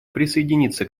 присоединиться